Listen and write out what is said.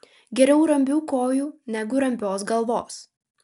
geriau rambių kojų negu rambios galvos